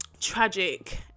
tragic